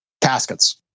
Caskets